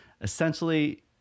essentially